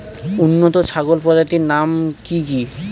উন্নত ছাগল প্রজাতির নাম কি কি?